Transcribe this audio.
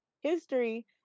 history